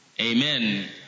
Amen